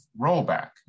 rollback